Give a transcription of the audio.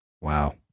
Wow